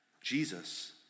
Jesus